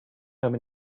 home